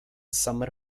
summer